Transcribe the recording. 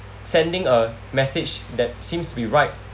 sending a message that seems to be right